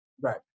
Right